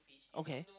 okay